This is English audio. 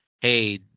hey